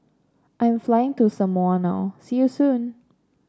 I'm flying to Samoa now see you soon